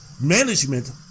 management